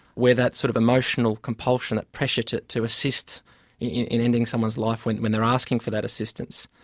where that sort of emotional compulsion, that pressure to to assist in ending someone's life when when they're asking for that assistance.